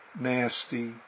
nasty